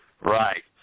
Right